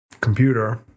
computer